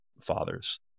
fathers